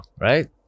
right